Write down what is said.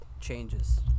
changes